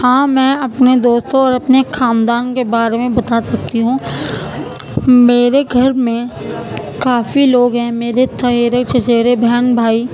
ہاں میں اپنے دوستوں اور اپنے خاندان کے بارے میں بتا سکتی ہوں میرے گھر میں کافی لوگ ہیں میرے خلیرے چچیرے بہن بھائی